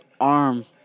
arm